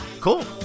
Cool